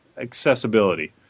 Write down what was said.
accessibility